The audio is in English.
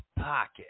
pocket